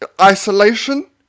isolation